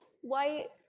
white